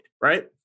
Right